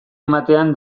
ematean